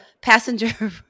passenger